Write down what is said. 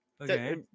Okay